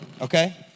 okay